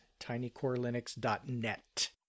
tinycorelinux.net